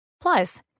Plus